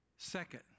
second